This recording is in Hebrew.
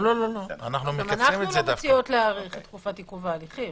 גם אנחנו לא מציעות להאריך את תקופת עיכוב ההליכים.